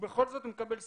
ובכל זאת הוא מקבל סירוב.